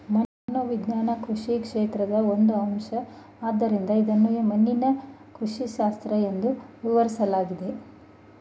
ಮಣ್ಣು ವಿಜ್ಞಾನ ಕೃಷಿ ಕ್ಷೇತ್ರದ ಒಂದು ಅಂಶ ಆದ್ದರಿಂದ ಇದನ್ನು ಮಣ್ಣಿನ ಕೃಷಿಶಾಸ್ತ್ರ ಎಂದೂ ವಿವರಿಸಲಾಗಿದೆ